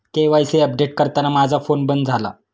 KYC update करताना माझा phone बंद झाला